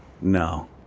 No